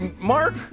mark